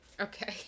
Okay